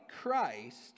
Christ